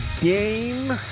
Game